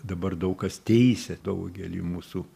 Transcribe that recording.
dabar daug kas teisia daugelį mūsų